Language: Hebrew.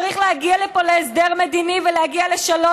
צריך להגיע פה להסדר מדיני ולהגיע לשלום.